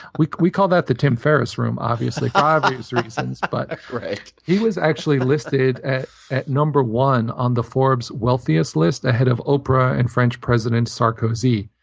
we we call that the tim ferriss room, obviously, for obvious reasons. but he was actually listed at at number one on the forbes wealthiest list, ahead of oprah and french president sarkozy.